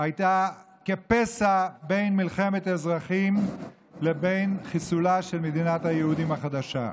היה כפסע בין זה לבין מלחמת אזרחים וחיסולה של מדינת היהודים החדשה.